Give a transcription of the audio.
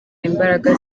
imbaraga